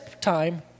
time